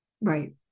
Right